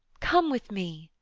come with me.